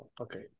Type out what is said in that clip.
okay